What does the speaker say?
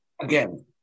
again